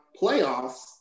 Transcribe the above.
Playoffs